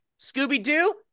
Scooby-Doo